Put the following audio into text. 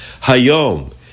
Hayom